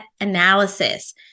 analysis